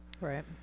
Right